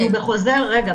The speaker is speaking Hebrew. רגע.